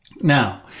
Now